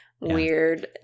weird